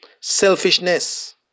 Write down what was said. Selfishness